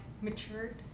matured